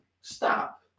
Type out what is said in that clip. stop